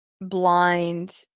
blind